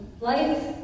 life